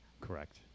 Correct